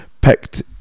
picked